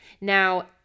Now